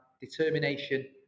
determination